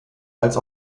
als